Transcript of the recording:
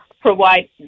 provide